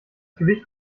gewicht